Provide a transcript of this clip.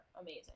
amazing